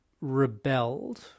rebelled